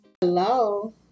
Hello